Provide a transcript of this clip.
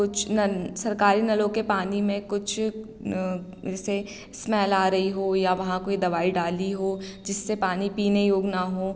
कुछ नल सरकारी नलों के पानी में कुछ जैसे स्मैल आ रही हो या वहाँ कोई दवाई डाली हो जिससे पानी पीने योग्य ना हो